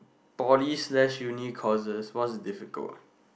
poly slash uni courses what's difficult